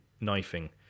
knifing